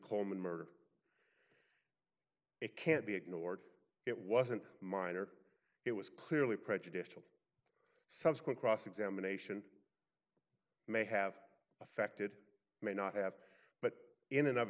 coleman murder it can't be ignored it wasn't minor it was clearly prejudicial subsequent cross examination may have affected may not have but in and of